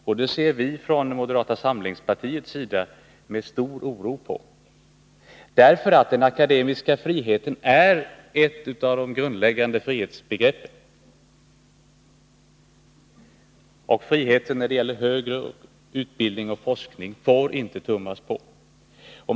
Och det ser vi från moderata samlingspartiets sida med stor oro på. Den akademiska friheten är ju ett av de grundläggande frihetsbegreppen. Och friheten när det gäller högre utbildning och forskning får det inte tummas på.